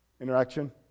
Interaction